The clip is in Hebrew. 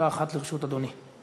דקה אחת לרשות אדוני.